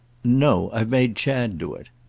no i've made chad do it.